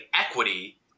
equity